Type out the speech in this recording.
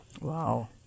wow